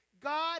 God